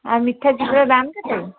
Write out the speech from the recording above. ଆଉ ମିଠା ଝିଲିର ଦାମ କେତେ